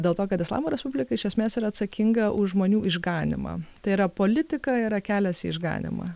dėl to kad islamo respublika iš esmės yra atsakinga už žmonių išganymą tai yra politika yra kelias į išganymą